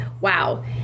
Wow